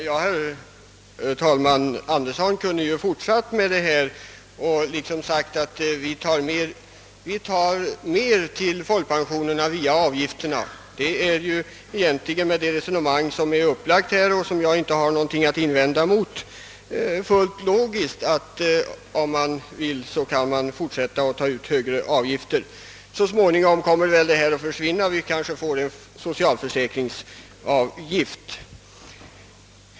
Herr talman! Herr Anderson kunde ha fortsatt och sagt att vi tar mer till folkpensionerna via avgifterna. Med det resonemang som här förs, och som jag inte har någonting att invända mot, är det ju egentligen fullt logiskt att man, om man vill, kan fortsätta och ta ut högre avgifter. Så småningom kommer väl detta system att försvinna och vi kanske får en socialförsäkringsavgift.